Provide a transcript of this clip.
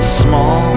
small